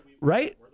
right